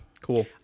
cool